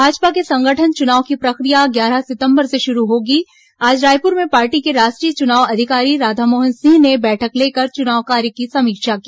भाजपा के संगठन चुनाव की प्रक्रिया ग्यारह सितंबर से शुरू होगी आज रायपुर में पार्टी के राष्ट्रीय चुनाव अधिकारी राधामोहन सिंह ने बैठक लेकर चुनाव कार्य की समीक्षा की